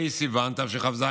ה' בסיוון תשכ"ז,